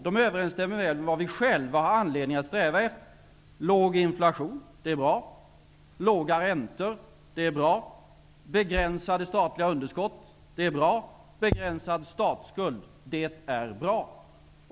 De överensstämmer väl med vad vi själva har anledning att sträva efter: låg inflation, låga räntor, begränsade statliga underskott, begränsad statsskuld. Allt detta är bra.